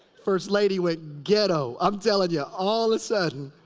first lady went ghetto. i'm telllin' ya. all the sudden,